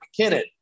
McKinnon